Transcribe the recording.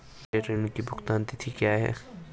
मेरे ऋण की भुगतान तिथि क्या है?